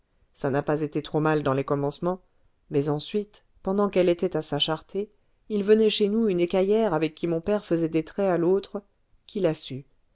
ça n'a pas été trop mal dans les commencements mais ensuite pendant qu'elle était à sa charretée il venait chez nous une écaillère avec qui mon père faisait des traits à l'autre qui l'a su